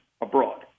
abroad